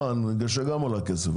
הנגשה גם עולה כסף,